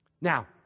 Now